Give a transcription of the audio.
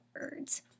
words